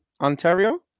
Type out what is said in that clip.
Ontario